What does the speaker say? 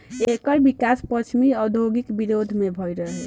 एकर विकास पश्चिमी औद्योगिक विरोध में भईल रहे